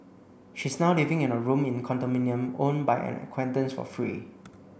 she is now living in a room in condominium owned by an acquaintance for free